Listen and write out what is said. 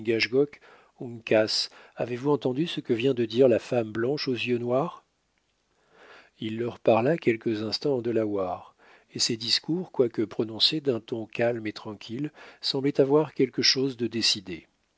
avez-vous entendu ce que vient de dire la femme blanche aux yeux noirs il leur parla quelques instants en delaware et ses discours quoique prononcés d'un ton calme et tranquille semblaient avoir quelque chose de décidé